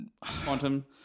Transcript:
Quantum